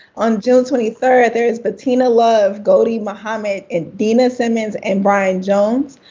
on june twenty third, there's bettina love, gholdy muhammed, and dena simmons, and brian jones.